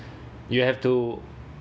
you have to